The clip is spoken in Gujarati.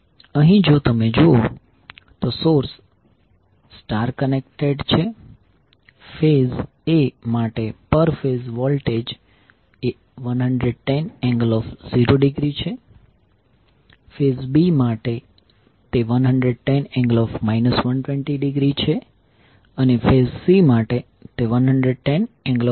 અહીં જો તમે જુઓ તો સોર્સ સ્ટાર કનેક્ટેડ છે ફેઝ A માટે પર ફેઝ વોલ્ટેજ એ 110∠0°છે ફેઝ B માટે તે 110∠ 120° છે અને ફેઝ C માટે તે 110∠ 240° છે